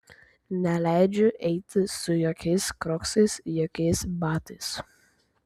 neleidžiu eiti su jokiais kroksais jokiais batais